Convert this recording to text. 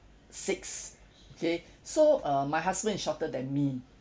six okay so uh my husband is shorter than me